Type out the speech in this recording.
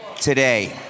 today